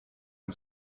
and